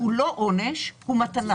הוא לא עונש, הוא מתנה.